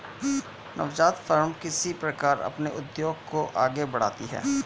नवजात फ़र्में किस प्रकार अपने उद्योग को आगे बढ़ाती हैं?